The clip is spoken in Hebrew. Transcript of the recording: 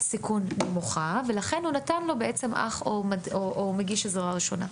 סיכון נמוכה ולכן הוא נתן לו אח או מגיש עזרה ראשונה.